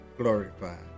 Glorified